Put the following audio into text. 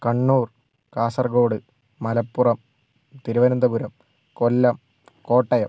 Kannur Kasaragod Malappuram Thiruvananthapuram Kollam Kottayam